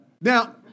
now